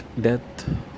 death